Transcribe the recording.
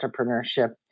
entrepreneurship